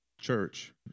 church